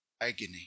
Agony